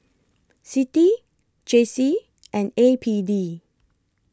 C I T I J C and A P D